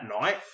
night